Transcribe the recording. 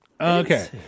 Okay